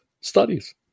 Studies